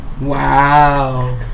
Wow